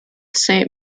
saint